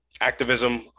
activism